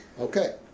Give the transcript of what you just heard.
Okay